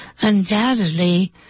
Undoubtedly